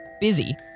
busy